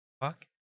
fuck